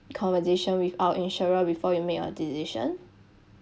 conversation with our insurer before you make your decision